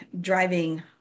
driving